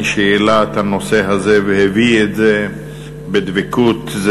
מי שהעלה את הנושא הזה והביא את זה בדבקות זה